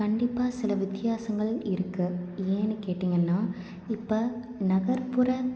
கண்டிப்பாக சில வித்தியாசங்கள் இருக்கு ஏன்னு கேட்டீங்கன்னா இப்போ நகர்ப்புற